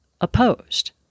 opposed